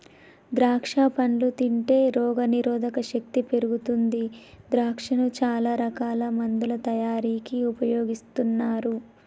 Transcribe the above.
ద్రాక్షా పండ్లు తింటే రోగ నిరోధక శక్తి పెరుగుతుంది ద్రాక్షను చాల రకాల మందుల తయారీకి ఉపయోగిస్తుంటారు